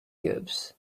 cubes